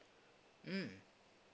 mm